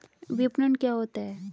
विपणन क्या होता है?